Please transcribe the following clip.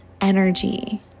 energy